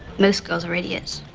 most girls are idiots.